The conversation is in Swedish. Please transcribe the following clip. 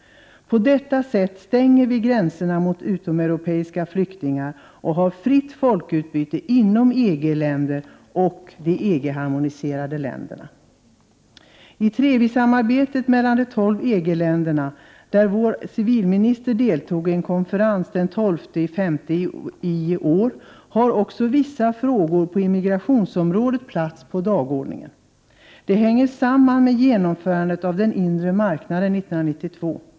På detta sätt stänger vi gränserna mot utomeuropeiska flyktingar och har fritt folkutbyte enbart med EG-länder och de EG-harmoniserade länderna. I TREVI-samarbetet mellan de 12 EG-länderna, där vår civilminister deltog i en konferens den 12 maj i år, har också vissa frågor på immigrationsområdet plats på dagordningen. Det hänger samman med genomförandet av den inre marknaden 1992.